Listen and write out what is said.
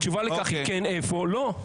התשובה לכך צריכה להיות או כן, איפה או לא.